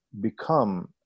become